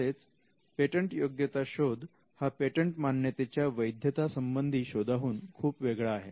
तसेच पेटंटयोग्यता शोध हा पेटंट मान्यतेच्या वैद्यता संबंधी शोधाहुन खूप वेगळा आहे